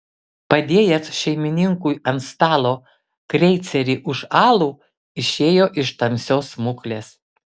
padėjęs šeimininkui ant stalo kreicerį už alų išėjo iš tamsios smuklės